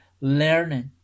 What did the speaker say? learning